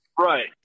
right